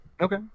Okay